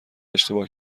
اشتباه